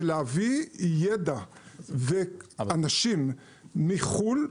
זה להביא ידע ואנשים מחו"ל,